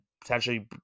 potentially